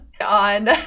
on